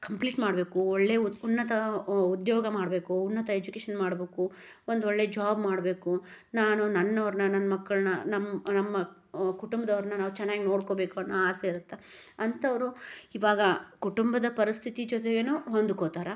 complete ಮಾಡಬೇಕು ಒಳ್ಳೆಯ ಉನ್ನತ ಉದ್ಯೋಗ ಮಾಡಬೇಕು ಉನ್ನತ ಎಜುಕೇಶನ್ ಮಾಡಬೇಕು ಒಂದು ಒಳ್ಳೆಯ ಜಾಬ್ ಮಾಡಬೇಕು ನಾನು ನನ್ನೊರನ್ನು ನನ್ನ ಮಕ್ಕಳನ್ನು ನಮ್ಮ ನಮ್ಮ ನಮ್ಮ ಕುಟುಂಬ್ದವ್ರನ್ನು ನಾವು ಚೆನ್ನಾಗಿ ನೊಡ್ಕೊಬೇಕು ಅನ್ನೋ ಆಸೆ ಇರುತ್ತೆ ಅಂಥವ್ರು ಇವಾಗ ಕುಟುಂಬದ ಪರಿಸ್ಥಿತಿ ಜೊತೆಗೂ ಹೊಂದ್ಕೊತಾರೆ